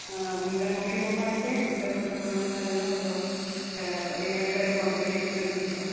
मुंहिंजा mummy papa हिते आहिनि त मूंखे उन्हनि सां रहिणो हूंदो आहे त इन जे करे मां उते शिफ़्ट न थी थियां